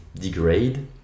degrade